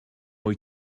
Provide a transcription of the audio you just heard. wyt